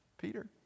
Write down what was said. Peter